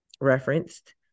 referenced